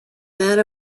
that